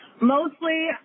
mostly